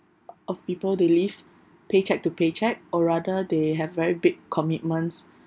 of people they live paycheck to paycheck or rather they have very big commitments